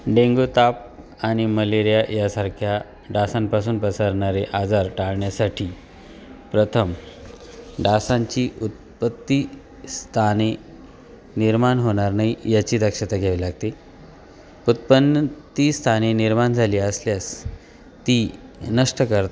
dengue ताप आणि malaria यासारख्या डासांपासून पसरणारे आजार टाळण्यासाठी प्रथम डासांची उत्पत्ती स्थाने निर्माण होणार नाही याची दक्षता घ्यावी लागते उत्पन्न ती स्थाने निर्मान झाली असल्यास ती नष्ट कर